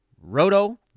Roto